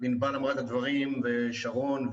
ענבל אמרה את הדברים וגם שרון.